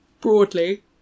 broadly